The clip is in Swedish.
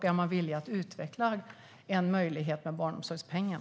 Är ni villiga att utveckla en möjlighet med barnomsorgspengen?